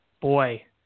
Boy